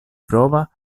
prova